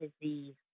disease